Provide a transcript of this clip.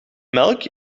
melk